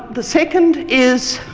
the second is,